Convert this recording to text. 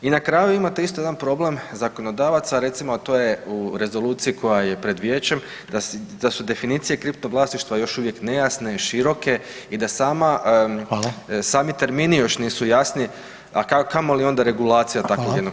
I na kraju imate isto jedan problem zakonodavaca recimo, a to je u rezoluciji koja je pred vijećem da su definicije kripto vlasništva još uvijek nejasne i široke i da sami termini još nisu jasni, a kamoli onda regulacija takvog jednog tržišta.